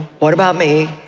what about me,